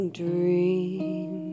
dream